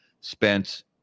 spent